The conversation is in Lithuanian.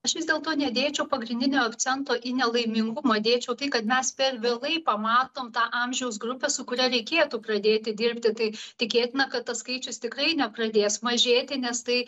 aš vis dėlto nedėčiau pagrindinio akcento į nelaimingumą dėčiau tai kad mes per vėlai pamatom tą amžiaus grupę su kuria reikėtų pradėti dirbti tai tikėtina kad tas skaičius tikrai nepradės mažėti nes tai